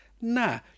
Nah